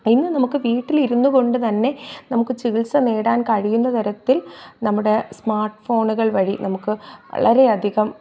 ഇന്ന് നമുക്ക് വീട്ടിലിരുന്നു കൊണ്ട് തന്നെ നമുക്ക് ചികിത്സ നേടാൻ കഴിയുന്ന തരത്തിൽ നമ്മുടെ സ്മാർട്ട് ഫോണുകൾ വഴി നമുക്ക് വളരെയധികം